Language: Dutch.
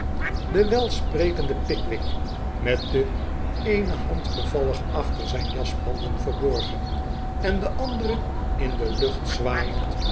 de welsprekende pickwick met de eene hand bevallig achter zijn jaspanden verborgen en de andere in de lucht zwaaiend